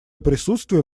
присутствие